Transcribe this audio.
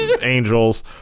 Angels